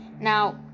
Now